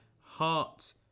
heart